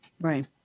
Right